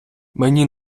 мені